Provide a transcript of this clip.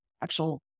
actual